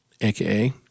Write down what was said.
aka